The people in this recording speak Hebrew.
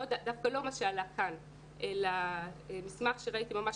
דווקא לא מה שעלה כאן אלא מסמך שראיתי ממש